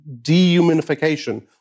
dehumanification